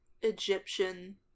Egyptian